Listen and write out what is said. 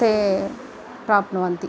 ते प्राप्नुवन्ति